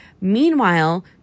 Meanwhile